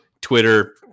Twitter